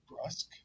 Brusque